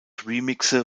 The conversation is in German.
remixe